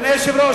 אדוני היושב-ראש,